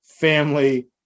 family